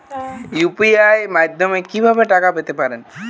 UPI মাধ্যমে কি ভাবে টাকা পেতে পারেন?